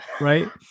right